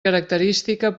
característica